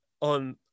on